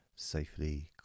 Safely